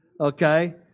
Okay